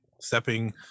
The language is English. stepping